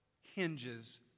hinges